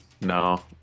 No